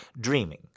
dreaming